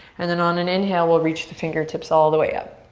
and then on an inhale, we'll reach the fingertips all the way up.